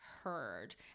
heard